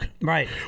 Right